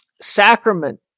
sacrament